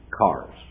cars